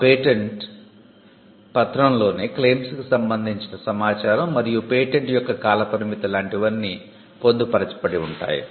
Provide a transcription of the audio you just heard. ఆ పేటెంట్ పత్రంలోనే క్లెయిమ్స్ కు సంబందించిన సమాచారం మరియు పేటెంట్ యొక్క కాల పరిమితి లాంటివన్నీ పొందుపరచబడి ఉంటాయి